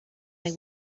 may